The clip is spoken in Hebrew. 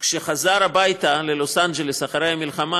כשחזר הביתה ללוס אנג'לס אחרי המלחמה,